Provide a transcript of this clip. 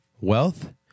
wealth